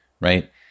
right